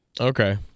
Okay